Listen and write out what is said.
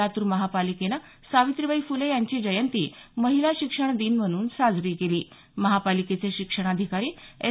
लातूर महापालिकेनं सावित्रीबाई फुले यांची जयंती महिला शिक्षण दिन म्हणून साजरी केली महापालिकेचे शिक्षणाधिकारी एस